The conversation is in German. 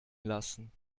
lassen